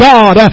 God